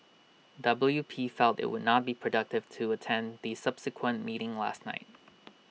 W P felt IT would not be productive to attend the subsequent meeting last night